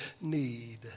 need